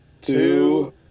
two